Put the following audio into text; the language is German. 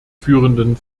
führenden